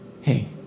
Hey